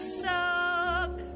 suck